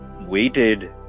Waited